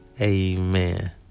Amen